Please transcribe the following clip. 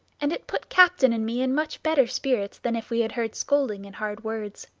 and it put captain and me in much better spirits than if we had heard scolding and hard words.